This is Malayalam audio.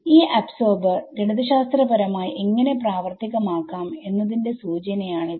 ഈ അബ്സോർബർ ഗണിതശാസ്ത്രപരമായി എങ്ങനെ പ്രാവർത്തികമാക്കാം എന്നതിന്റെ സൂചനയാണിത്